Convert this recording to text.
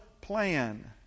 plan